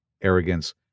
arrogance